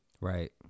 Right